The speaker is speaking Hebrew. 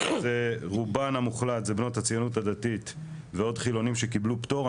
רובן המוחלט זה בנות הציונות הדתית ועוד חילונים שקיבלו פטור.